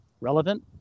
relevant